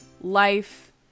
life